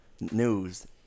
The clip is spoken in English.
news